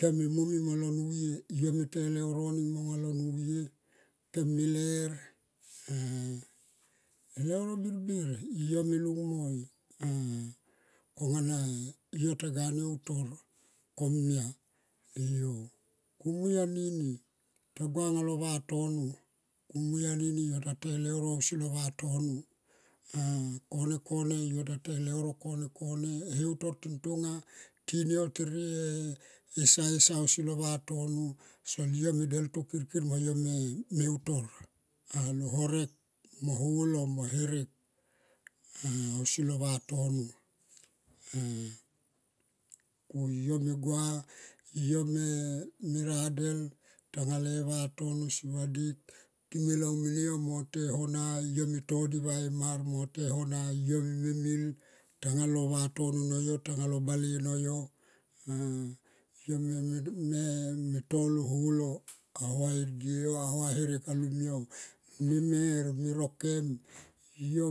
Kem me momi alo nuye yo me te leuro ning mo nga lo nuye, kem me ler elouro ning mo nga lo nuye, kem me ler elouro birbir yo me lunga moi. Kongana yo taga utor komia kumul anini yo ta ga gua do ne vatono kumui anini yo ta to e leuro ausi lo vatono kone yo ta toi e leuro kone. E heutor ting tonga tin yo tere e sa esa ausi lo vatono sol yo me deltu kirkir mo yo me utor alo horek mo holo va herek ausi lo vatono. Ku yo me gua yo me radel tonga le vatono si vadik time long yo me te e hona yo todi va e mar mote hona. Yo mi me mil tanga lo vatono yo tanga lo bale no yo. Yo me tolo holo au ya e die herek alumyo hemer me rokem yo